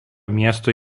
miesto